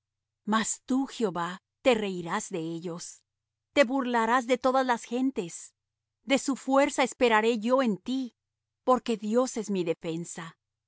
mas tú jehová te reirás de ellos te burlarás de todas las gentes de su fuerza esperaré yo en ti porque dios es mi defensa